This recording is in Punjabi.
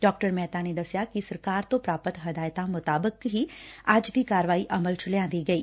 ਡਾ ਮਹਿਤਾ ਨੇ ਦਸਿਆ ਕਿ ਸਰਕਾਰ ਤੋਂ ਪੂਾਪਤ ਹਦਾਇਤਾਂ ਮੁਤਾਬਿਕ ਹੀ ਅੱਜ ਦੀ ਕਾਰਵਾਈ ਅਮਲ ਚ ਲਿਆਂਦੀ ਗਈ